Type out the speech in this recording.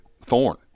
thorn